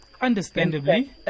Understandably